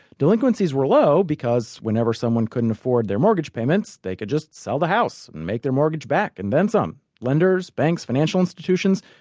delinquencies were low because whenever someone couldn't afford their mortgage payments, they could just sell the house and make their mortgage back and then some. lenders, banks, financial institutions,